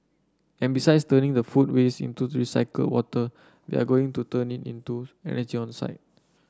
and besides turning the food waste into recycled water we are going to turn it into energy on site